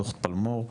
דו"ח פלמור.